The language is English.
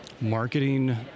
Marketing